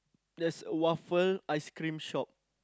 there's waffle ice cream shop